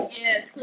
yes